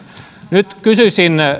nyt kysyisin